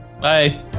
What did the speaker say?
bye